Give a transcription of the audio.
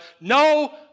no